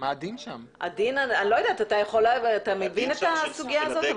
אני לא יודעת, אתה מבין את הסוגיה הזאת?